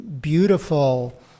beautiful